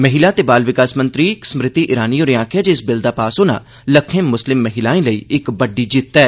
महिला ते बाल विकास मंत्री स्मृति ईरानी होरें आखेआ जे इस बिल दा पास होना लक्खें मुस्लिम महिलाएं लेई इक बड्डी जित्त ऐ